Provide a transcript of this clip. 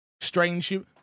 strange